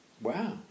Wow